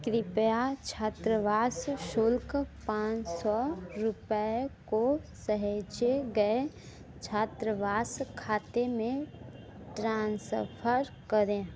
कृपया छात्रावास शुल्क पाँच सौ रुपये को सहेजे गए छात्रावास खाते में ट्रांसफ़र करें